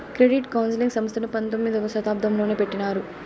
credit counselling సంస్థను పంతొమ్మిదవ శతాబ్దంలోనే పెట్టినారు